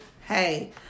Hey